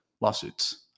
lawsuits